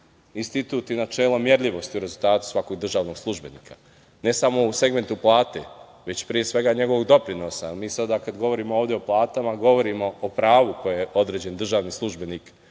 institut i načelo merljivosti rezultata svakog državnog službenika ne samo u segmentu plate, već pre svega njegovog doprinosa. Mi sada kada govorimo ovde o platama, govorimo o pravu koje određeni državni službenik,